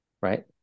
right